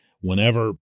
whenever